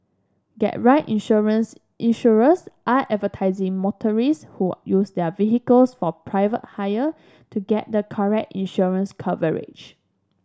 get right insurance Insurers are advertising motorist who use their vehicles for private hire to get the correct insurance coverage